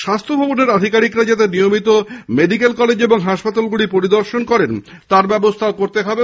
স্বাস্থ্য ভবনের আধিকারিকরা যাতে নিয়মিত মেডিক্যাল কলেজ এবং হাসপাতালগুলি পরিদর্শনে যান তার ব্যবস্থা করতে হবে